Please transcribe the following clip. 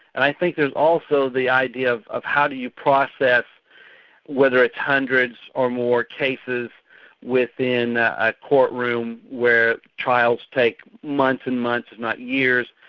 and i think there's also the idea of of how do you process whether it's hundreds or more cases within a court room where trials take months and months not years,